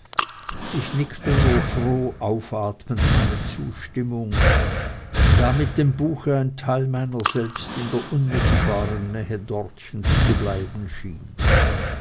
ich nickte nur froh aufatmend meine zustimmung da mit dem buche ein teil meiner selbst in der unmittelbaren nähe dortchens zu bleiben schien